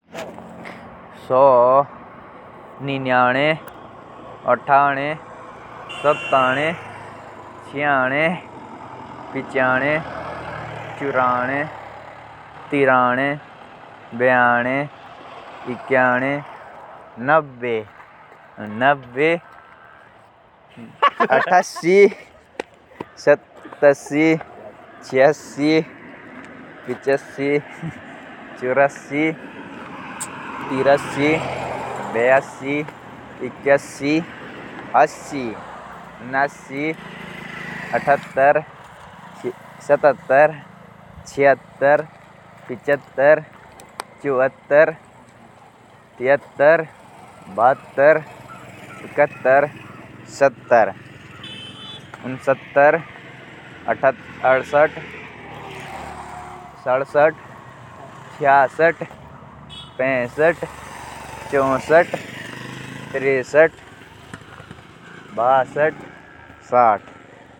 साठ, उनसठ, अठत्तर, सत्तत्तर, अठ्यासी, पिच्यानवे, चौरानवे, तिरानवे, बयासी, इकनवे, नब्बे, नब्बे, अठासी, सत्तासी, चौरासी, पिचासी, चौरासी, तिरासी, बयासी, इक्यासी, नब्बे।